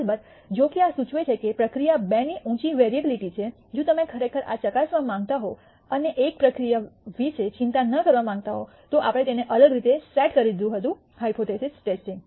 અલબત્ત જો કે આ સૂચવે છે કે પ્રક્રિયા બેની ઊંચી વેરીઅબીલીટી છે જો તમે ખરેખર આ ચકાસવા માંગતા હોવ અને એક પ્રક્રિયા 1 વિશે ચિંતા ન કરવા માંગતા હો તો આપણે તેને અલગ રીતે સેટ કરી દીધું હતું હાયપોથીસિસ ટેસ્ટિંગ